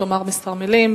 לומר כמה מלים.